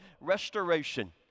Restoration